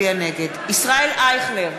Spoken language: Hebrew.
ישראל אייכלר,